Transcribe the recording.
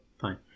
Fine